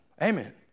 Amen